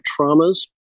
traumas